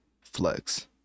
flex